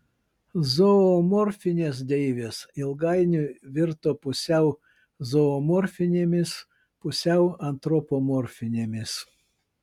zoomorfinės deivės ilgainiui virto pusiau zoomorfinėmis pusiau antropomorfinėmis